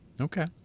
Okay